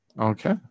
Okay